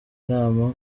inama